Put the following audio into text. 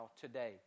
today